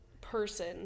person